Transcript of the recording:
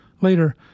Later